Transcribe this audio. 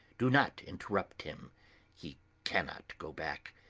do not interrupt him he cannot go back,